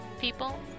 people